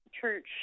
Church